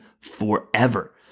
forever